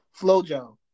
Flojo